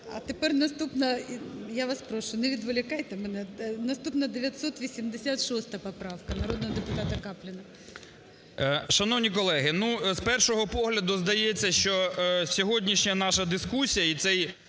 А тепер наступна, я вас прошу, не відволікайте мене. Наступна 986 поправка народного депутата Капліна. 17:13:55 КАПЛІН С.М. Шановні колеги, ну з першого погляду здається, що сьогоднішня наша дискусія і цей